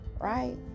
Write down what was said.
right